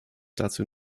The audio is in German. dazu